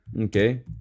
Okay